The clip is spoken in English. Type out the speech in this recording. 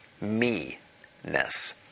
me-ness